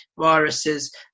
viruses